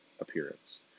appearance